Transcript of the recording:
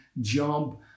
job